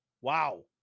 Wow